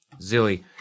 Zilly